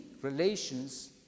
relations